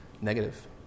negative